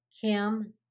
Kim